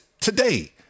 today